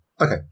Okay